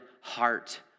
heart